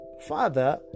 father